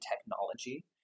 technology